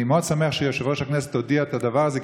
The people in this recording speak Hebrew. אני מאוד שמח שיושב-ראש הכנסת הודיע את הדבר הזה,